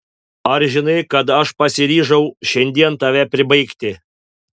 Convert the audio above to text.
ar žinai kad aš pasiryžau šiandien tave pribaigti